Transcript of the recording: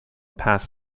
pass